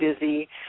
busy